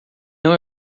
não